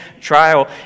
trial